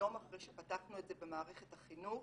היום אחרי שפתחנו את זה במערכת החינוך